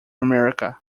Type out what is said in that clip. america